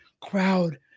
crowd